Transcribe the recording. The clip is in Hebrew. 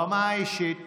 ברמה האישית